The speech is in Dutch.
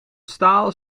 staal